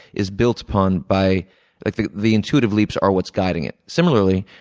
is built upon by like the the intuitive leaps are what's guiding it. similarly,